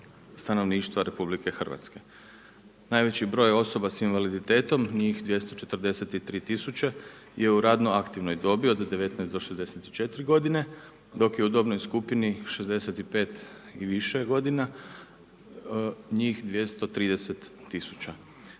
stanovništva RH. Najveći broj osoba s invaliditetom, njih 243000 je u radno aktivnoj dobi od 19-64 g. dok je u dobnoj skupini 65 i više godina njih 230000.